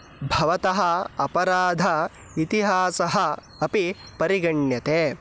भवतः अपराधस्य इतिहासः अपि परिगण्यते